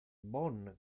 bon